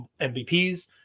MVPs